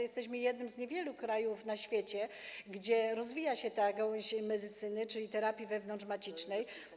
Jesteśmy jednym z niewielu krajów na świecie, gdzie rozwija się ta gałąź medycyny, czyli terapia wewnątrzmaciczna.